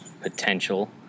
potential